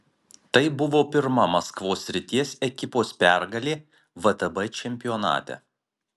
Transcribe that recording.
tai buvo pirma maskvos srities ekipos pergalė vtb čempionate